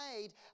made